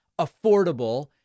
affordable